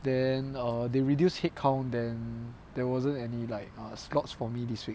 then err they reduced headcount then there wasn't any like err slots for me this week